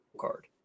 card